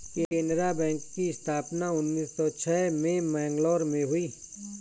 Canara bank की स्थापना उन्नीस सौ छह में मैंगलोर में हुई